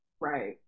Right